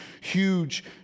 huge